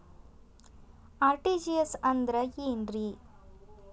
RTGS ಅಂದ್ರ ಏನ್ರಿ?